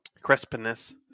crispness